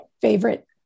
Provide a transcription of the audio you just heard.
favorite